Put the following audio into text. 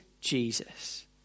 Jesus